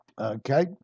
Okay